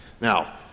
Now